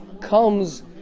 comes